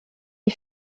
les